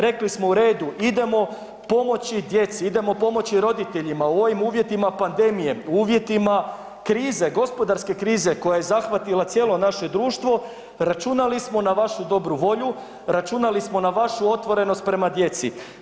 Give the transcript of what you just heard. Rekli smo u redu, idemo pomoći djeci, idemo pomoći roditeljima u ovim uvjetima pandemije, u uvjetima gospodarske krize koja je zahvatila cijelo naše društvo, računali smo na vašu dobru volju, računali smo na vašu otvorenost prema djeci.